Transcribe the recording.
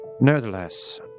Nevertheless